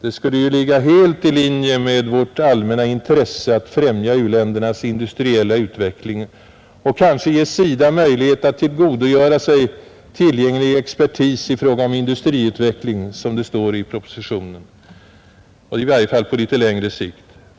Det skulle ju ligga helt i linje med vårt allmänna intresse att främja u-ländernas industriella utveckling och kanske ge SIDA möjlighet att ”tillgodogöra sig tillgänglig expertis i fråga om industriutveckling” som det står i propositionen — i varje fall på litet längre sikt.